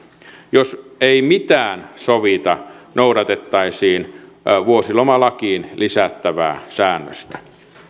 jos ei mitään sovita noudatettaisiin vuosilomalakiin lisättävää säännöstä